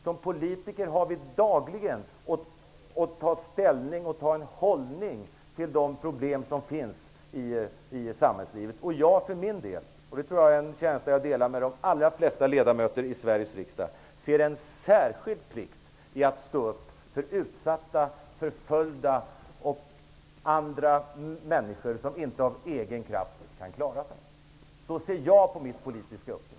Som politiker har vi dagligen att ta ställning till och inta en hållning till de problem som finns i samhällslivet. Jag för min del ser en särskild plikt i att stå upp för utsatta, förföljda och andra människor som inte av egen kraft kan klara sig. Jag tror att det är en känsla som jag delar med de allra flesta ledamöter i Sveriges riksdag. Så ser jag på mitt politiska uppdrag.